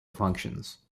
functions